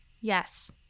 Yes